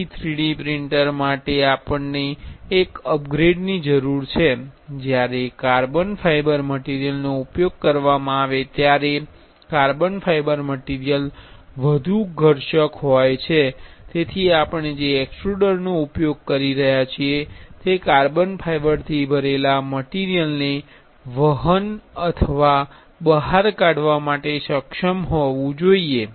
તેથી 3D printer માટે આપણને એક અપગ્રેડની જરૂર છે જ્યારે કાર્બન ફાઇબર મટીરિયલનો ઉપયોગ કરવામાં આવે ત્યારે કાર્બન ફાઇબર મટીરિયલ વધુ ઘર્ષક હોય છે તેથી આપણે જે એક્સ્ટ્રુડર નો ઉપયોગ કરી રહ્યા છીએ તે કાર્બન ફાઇબરથી ભરેલા મટીરિયલને વહન અથવા બહાર કાઢવા માટે સક્ષમ હોવું જોઈએ